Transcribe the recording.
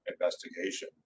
investigation